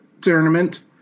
tournament